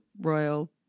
royal